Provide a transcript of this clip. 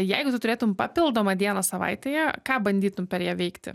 jeigu tu turėtum papildomą dieną savaitėje ką bandytum per ją veikti